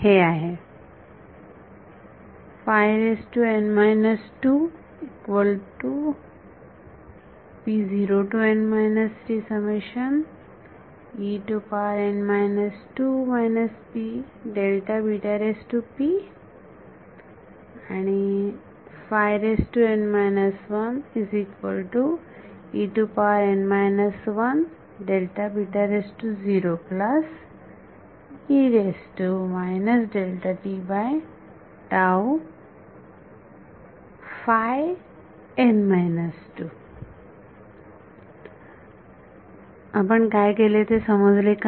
हे आहे आपण काय केले ते समजले का